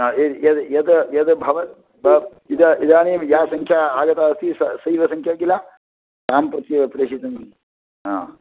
हा यद् यद् यद् भव इद इदानीं या सङ्ख्या आगता अस्ति सा सैव सङ्ख्या किल तां प्रत्येव प्रेषितुं हा